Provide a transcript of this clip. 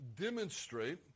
demonstrate